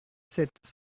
sept